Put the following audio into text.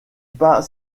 pas